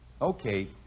Okay